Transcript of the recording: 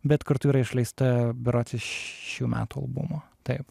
bet kartu yra išleista berods šių metų albumo taip